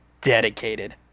dedicated